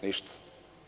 Ništa.